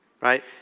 right